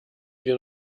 wir